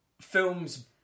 films